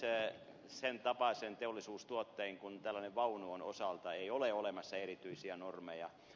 sen tapaisen teollisuustuotteen kuin tällaisen vaunun osalta ei ole olemassa erityisiä normeja